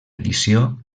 edició